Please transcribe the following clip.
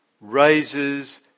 raises